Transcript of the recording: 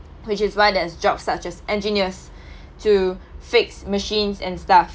which is why there's jobs such as engineers to fix machines and stuff